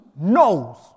knows